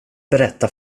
berätta